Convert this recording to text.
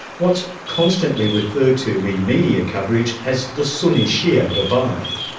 what's constantly referred to in media coverage as the sunni shia divide.